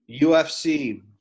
UFC